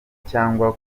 cyangwa